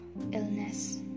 illness